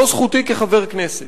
זו זכותי כחבר הכנסת.